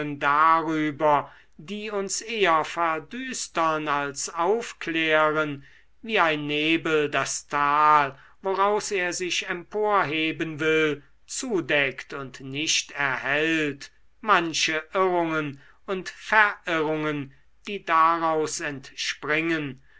darüber die uns eher verdüstern als aufklären wie ein nebel das tal woraus er sich emporheben will zudeckt und nicht erhellt manche irrungen und verirrungen die daraus entspringen